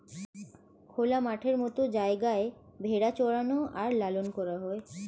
খোলা মাঠের মত জায়গায় ভেড়া চরানো আর লালন করা হয়